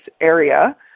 area